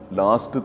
last